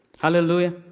Hallelujah